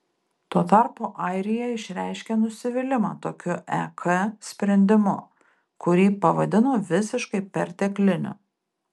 tuo tarpu airija išreiškė nusivylimą tokiu ek sprendimu kurį pavadino visiškai pertekliniu